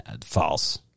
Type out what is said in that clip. False